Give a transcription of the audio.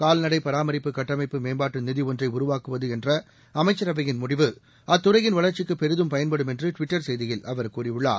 கால்நடைப் பராமரிப்பு கட்டமைப்பு மேம்பாட்டு நிதி ஒன்றை உருவாக்குவது என்ற அமைச்சரவையின் முடிவு அத்துறையின் வளர்ச்சிக்கு பெரிதும் பயன்படும் என்று ட்விட்டர் செய்தியில் அவர் கூறியுள்ளார்